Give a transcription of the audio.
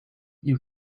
you